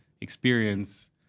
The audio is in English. experience